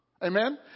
Amen